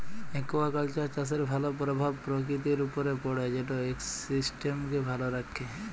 aquaculture চাষের ভালো পরভাব পরকিতির উপরে পড়ে যেট ইকসিস্টেমকে ভালো রাখ্যে